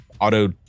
auto